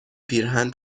پیرهن